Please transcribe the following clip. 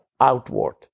outward